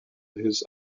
his